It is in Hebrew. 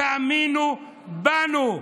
תאמינו בנו.